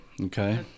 okay